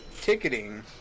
ticketing